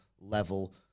level